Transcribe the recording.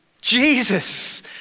Jesus